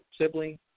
sibling